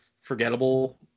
forgettable